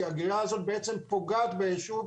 כי הגריעה הזאת בעצם פוגעת ביישוב.